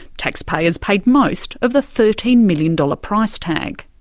taxpayers paid most of the thirteen million dollars price tag.